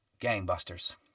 gangbusters